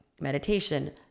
meditation